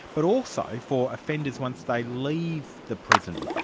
but also for offenders once they leave the prison.